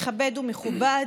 מכבד ומכובד,